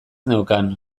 neukan